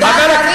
דבר אחד עשיתם,